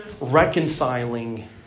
reconciling